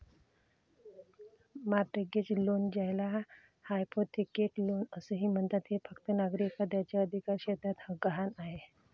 mortgage loan, ज्याला hypothecate loan असेही म्हणतात, हे फक्त नागरी कायद्याच्या अधिकारक्षेत्रात गहाण आहे